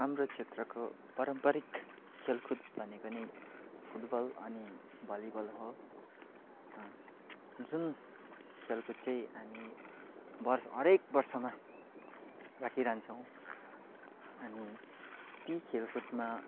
हाम्रो क्षेत्रको पारम्परिक खेलकुद भनेको नै फुटबल अनि भलिबल हो जुन खेलखुद चाहिँ हामी वर्ष हरेक बर्षमा राखिरहन्छौँ अनि ती खेलकुदमा